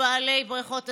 ובעלי בריכות השחייה,